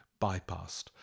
bypassed